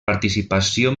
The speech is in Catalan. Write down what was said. participació